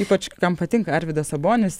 ypač kam patinka arvydas sabonis